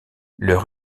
leur